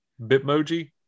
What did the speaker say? Bitmoji